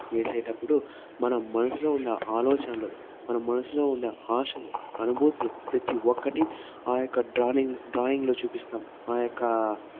వేసేటప్పుడు మన మనసులో ఉన్న ఆలోచనలు మన మనసులో ఉండే ఆశలు అనుభూతులు ప్రతి ఒక్కటి ఆ యొక్క డ్రాయింగ్ డ్రాయింగ్లో చూపిస్తాము ఆ యొక్క